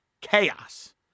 chaos